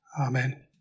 Amen